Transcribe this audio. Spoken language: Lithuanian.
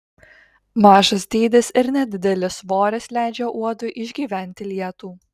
mažas dydis ir nedidelis svoris leidžia uodui išgyventi lietų